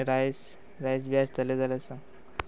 rice rice बी आसतलें जाल्यार सांग